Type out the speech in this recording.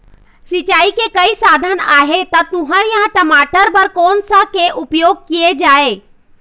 सिचाई के कई साधन आहे ता तुंहर या टमाटर बार कोन सा के उपयोग किए जाए?